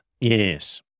Yes